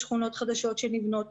יש שכונות חדשות שנבנות.